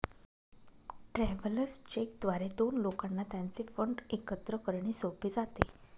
travellers cheque द्वारे दोन लोकांना त्यांचे फंड एकत्र करणे सोपे जाते